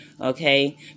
Okay